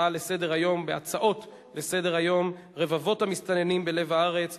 בהצעות לסדר-היום: רבבות המסתננים בלב הארץ.